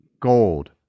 gold